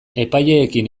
epaileekin